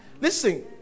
Listen